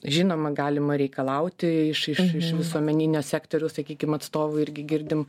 žinoma galima reikalauti iš iš iš visuomeninio sektoriau sakykim atstovų irgi girdim